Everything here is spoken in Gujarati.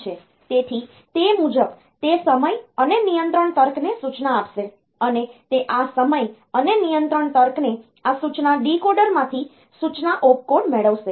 તેથી તે મુજબ તે સમય અને નિયંત્રણ તર્કને સૂચના આપશે અને તે આ સમય અને નિયંત્રણ તર્કને આ સૂચના ડીકોડરમાંથી સૂચના ઓપકોડ મેળવશે